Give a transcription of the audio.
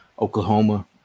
Oklahoma